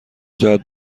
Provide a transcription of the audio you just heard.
جهت